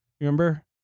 Remember